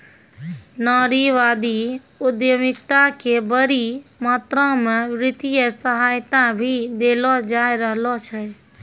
नारीवादी उद्यमिता क बड़ी मात्रा म वित्तीय सहायता भी देलो जा रहलो छै